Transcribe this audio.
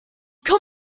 come